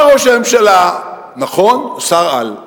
בא ראש הממשלה, נכון, הוא שר-על,